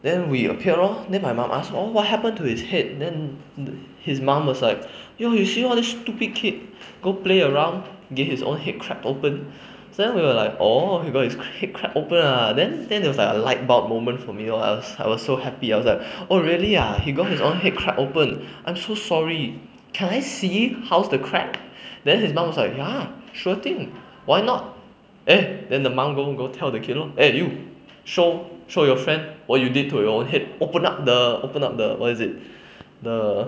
then we okay lor then my mom ask oh what happen to his head then th~ his mom was like yo you see all these stupid kid go play around get his own head crack open then we were like orh he got his head crack opened ah then then was like a light bulb moment for me lor I was I was so happy I was like oh really ah he got his own head crack opened I'm so sorry can I see how's the crack then his mom was like ya sure thing why not eh then the mom go go tell the kid you know eh you show show your friend what you did to your own head open up the open up the what is it the